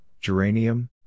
geranium